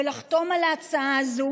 לחתום על ההצעה הזאת